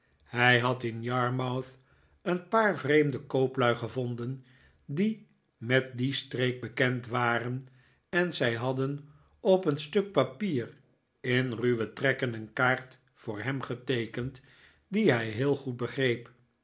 hij had in yarmouth een paar vreemde kooplui gevonden die met die streek bekend waren en zij hadden op een stuk papier in ruwe trekken een kaart voor hem geteekend die hij heel goed begreep